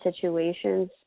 situations